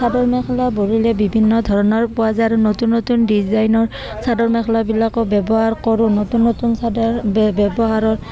চাদৰ মেখেলা বুলিলে বিভিন্ন ধৰণৰ পোৱা যায় আৰু নতুন নতুন ডিজাইনৰ চাদৰ মেখেলাবিলাকো ব্যৱহাৰ কৰোঁ নতুন নতুন চাদৰ ব্যৱহাৰৰ